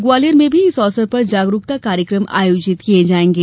ग्वालियर में भी इस अवसर पर जागरुकता कार्यक्रम आयोजित किए जायेंगे